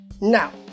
Now